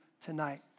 tonight